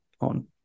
on